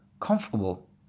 COMFORTABLE